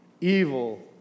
evil